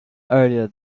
earlier